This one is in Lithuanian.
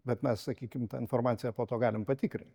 bet mes sakykim tą informaciją po to galim patikrint